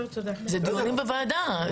זה דיונים בוועדה,